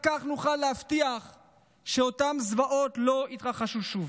רק כך נוכל להבטיח שאותן זוועות לא יתרחשו שוב.